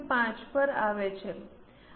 5 પર આવે છે